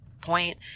point